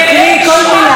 מעט שעות השינה שלנו.